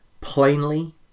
plainly